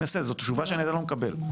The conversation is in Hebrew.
זאת תשובה שאני עדיין לא מקבל.